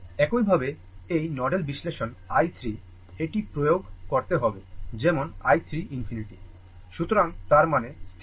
একইভাবে এই নোডাল বিশ্লেষণ i 3 এটি প্রয়োগ করতে হবে যেমন i 3 ∞